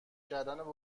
کردن